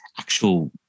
actual